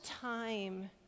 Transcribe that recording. time